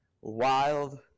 Wild